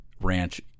ranch